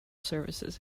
services